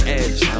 edge